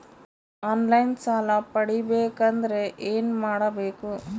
On line ಸಾಲ ಪಡಿಬೇಕಂದರ ಏನಮಾಡಬೇಕು?